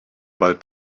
bald